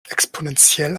exponentiell